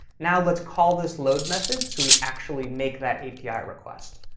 now let's call this load method so we actually make that api request.